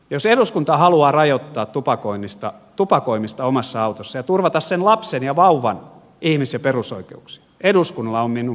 jos eduskunta haluaa rajoittaa tupakoimista omassa autossa ja turvata sen lapsen ja vauvan ihmis ja perusoikeuksia eduskunnalla on minun mielestäni siihen oikeus